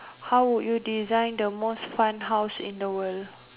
how would you design the most fun house in the world